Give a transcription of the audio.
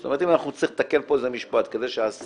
זאת אומרת אם אנחנו נצטרך לתקן פה איזה משפט כדי שהשר